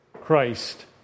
Christ